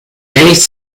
ehrlich